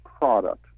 product